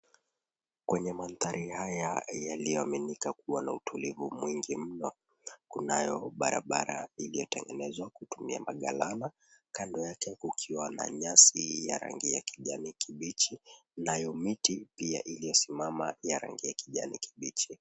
Kwenye maandhari haya yaliyoaminika kuwa na utulivu mwingi mno kunayo barabara iliyotengenezwa kutumia magalana, kando kukiwa na nyasi ya rangi ya kijani kibichi nayo miti pia iliyosimama ya rangi ya kijani kibichi.